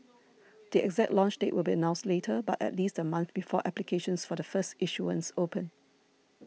the exact launch date will be announced later but at least a month before applications for the first issuance open